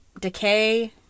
decay